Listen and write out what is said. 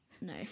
No